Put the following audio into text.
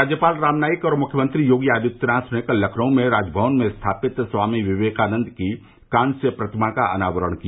राज्यपाल राम नाईक और मुख्यमंत्री योगी आदित्यनाथ ने कल लखनऊ में राजभवन में स्थापित स्वामी विवेकानन्द की कांस्य प्रतिमा का अनावरण किया